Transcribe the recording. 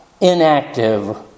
inactive